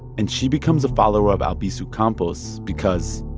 and she becomes a follower of albizu campos because.